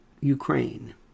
Ukraine